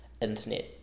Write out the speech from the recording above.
internet